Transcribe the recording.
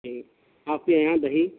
جی آپ کے یہاں دہی